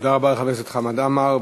תודה רבה לחבר הכנסת חמד עמאר.